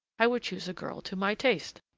i would choose a girl to my taste.